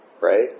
right